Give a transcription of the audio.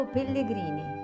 Pellegrini